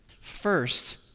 first